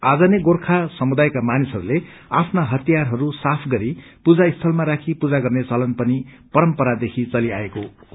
आज नै गोर्खांसमुदायका मानिसहरूले आफ्ना हतियारहरू सफा गरि पूजा स्थलमा राखि पूजा गर्ने चलन पनि परम्परादेखि चलिआएको छ